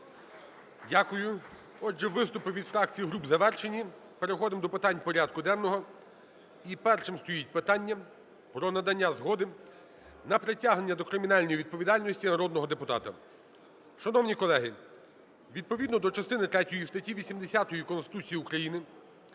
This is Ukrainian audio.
Дякую. Отже, виступи від фракцій і груп завершені. Переходимо до питань порядку денного. І першим стоїть питання про надання згоди на притягнення до кримінальної відповідальності народного депутата. Шановні колеги, відповідно до частини третьої статті 80 Конституції України,